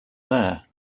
there